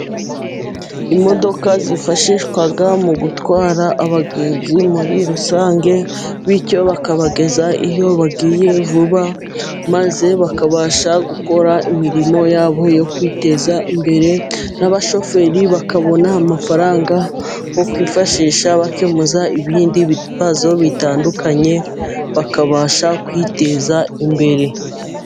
Imodoka zifashishwa mu gutwara abagenzi muri rusange, bityo bakabageza iyo bagiye vuba, maze bakabasha gukora imirimo yabo yo kwiteza imbere, n'abashoferi bakabona amafaranga yo kwifashisha bakemuza ibindi bibazo bitandukanye, bakabasha kwiteza imbere.